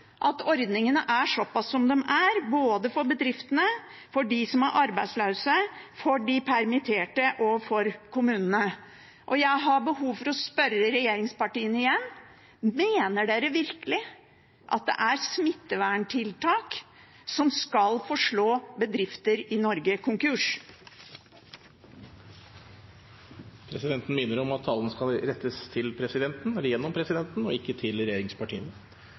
for de permitterte og for kommunene. Jeg har behov for å spørre regjeringspartiene igjen: Mener dere virkelig at det er smitteverntiltak som skal få slå bedrifter i Norge konkurs? Presidenten minner om at talen skal rettes gjennom presidenten og ikke til regjeringspartiene.